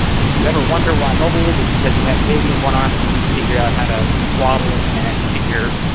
if you ever wonder why mobile is, it's because you have a baby in one arm and you need to figure out how to swaddle and figure,